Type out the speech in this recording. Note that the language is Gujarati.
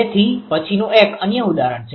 તેથી પછીનુ એક અન્ય ઉદાહરણ છે